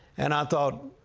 and i thought,